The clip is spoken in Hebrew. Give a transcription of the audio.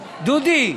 דודי.